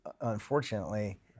unfortunately